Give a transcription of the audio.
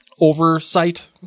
oversight